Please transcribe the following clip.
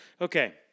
Okay